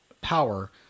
power